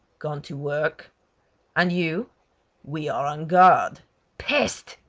gone to work and you we are on guard peste!